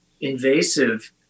invasive